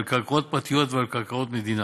על קרקעות פרטיות ועל קרקעות מדינה.